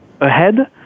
ahead